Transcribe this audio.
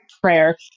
prayer